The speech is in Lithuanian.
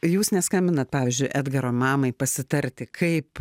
jūs neskambinat pavyzdžiui edgaro mamai pasitarti kaip